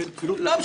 אין כפילות, אין